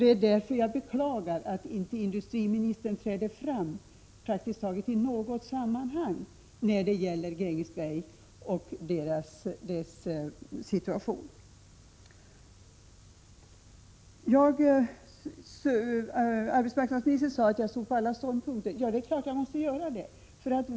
Det är därför som jag beklagar att industriministern praktiskt taget inte i något sammanhang träder fram när det gäller frågan om 'Grängesbergs situation. Arbetsmarknadsministern sade att jag intar alla ståndpunkter. Ja, det måste jag göra.